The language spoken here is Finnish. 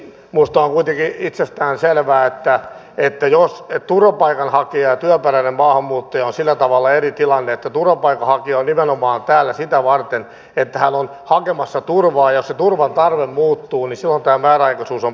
minusta on kuitenkin itsestään selvää että turvapaikanhakija ja työperäinen maahanmuuttaja ovat sillä tavalla eri tilanteissa että turvapaikanhakija on täällä nimenomaan sitä varten että hän on hakemassa turvaa ja jos se turvan tarve muuttuu niin silloin tämä määräaikaisuus on perusteltua